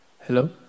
Hello